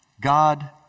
God